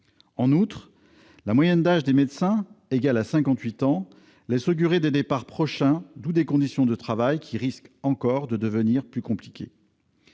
En outre, la moyenne d'âge des médecins, égale à 58 ans, laisse augurer des départs prochains ; les conditions de travail risquent donc de devenir encore plus compliquées.